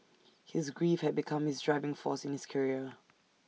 his grief had become his driving force in his career